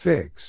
Fix